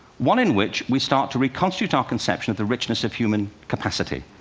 one in which we start to reconstitute our conception of the richness of human capacity.